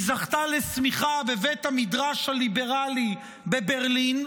היא זכתה לסמיכה בבית המדרש הליברלי בברלין,